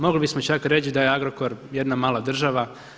Mogli bi smo čak reći da je Agrokor jedna mala država.